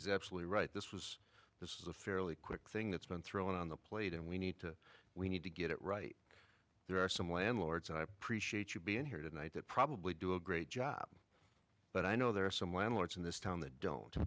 's absolutely right this was this is a fairly quick thing that's been thrown on the plate and we need to we need to get it right there are some landlords and i appreciate you being here tonight that probably do a great job but i know there are some landlords in this town that don't